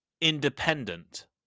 Independent